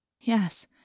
Yes